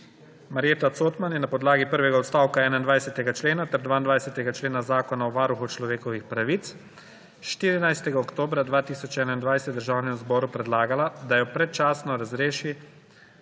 Marjeta Cotman je na podlagi prvega odstavka 21. člena ter 22. člena Zakona o varuhu človekovih pravic 14. oktobra 2021 Državnemu zboru predlagala, da jo predčasno razreši